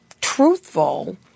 truthful